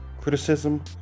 criticism